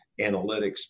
analytics